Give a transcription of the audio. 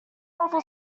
novel